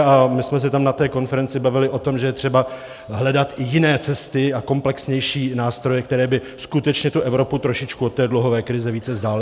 A my jsme se na té konferenci bavili o tom, že je třeba hledat i jiné cesty a komplexnější nástroje, které by skutečně Evropu trošičku od té dluhové krize více vzdálily.